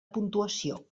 puntuació